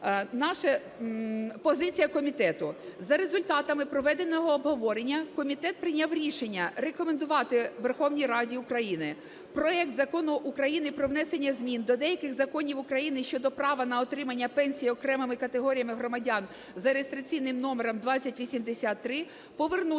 Позиція комітету. За результатами проведеного обговорення комітет прийняв рішення рекомендувати Верховній Раді України проект Закону України про внесення змін до деяких законів України щодо права на отримання пенсій окремим категоріям громадян (за реєстраційним номером 2083) повернути суб'єкту